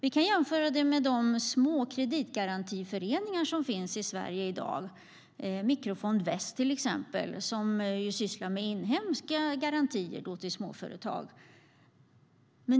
Vi kan jämföra med de små kreditgarantiföreningar som finns i Sverige i dag, till exempel Mikrofonden Väst, som sysslar med inhemska garantier till småföretag.